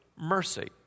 mercy